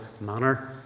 manner